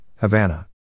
Havana